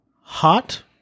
hot